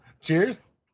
Cheers